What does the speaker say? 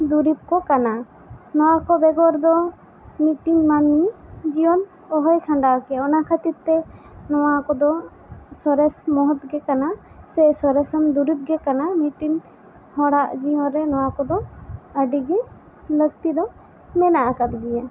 ᱫᱩᱨᱤᱵᱽ ᱠᱚ ᱠᱟᱱᱟ ᱱᱚᱣᱟ ᱠᱚ ᱵᱮᱜᱚᱨ ᱫᱚ ᱢᱤᱫᱴᱮᱱ ᱢᱟᱹᱱᱢᱤ ᱡᱤᱭᱚᱱ ᱚᱦᱚᱭ ᱠᱷᱟᱱᱰᱟᱣ ᱠᱮᱭᱟ ᱚᱱᱟ ᱠᱷᱟᱹᱛᱤᱨ ᱛᱮ ᱱᱚᱣᱟ ᱠᱚ ᱫᱚ ᱥᱚᱨᱮᱥ ᱢᱚᱦᱚᱛ ᱜᱮ ᱠᱟᱱᱟ ᱥᱮ ᱥᱚᱨᱮᱥᱟᱱ ᱫᱩᱨᱤᱵᱽ ᱜᱮ ᱠᱟᱱᱟ ᱢᱤᱫᱴᱮᱱ ᱦᱚᱲᱟᱜ ᱡᱤᱭᱚᱱ ᱨᱮ ᱱᱚᱣᱟ ᱠᱚ ᱫᱚ ᱟᱹᱰᱤ ᱜᱮ ᱞᱟᱹᱠᱛᱤ ᱫᱚ ᱢᱮᱱᱟᱜ ᱟᱠᱟᱫ ᱜᱮᱭᱟ